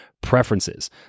preferences